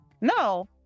No